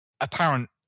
apparent